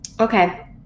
Okay